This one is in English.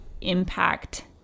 impact